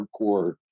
hardcore